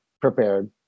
prepared